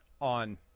on